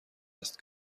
است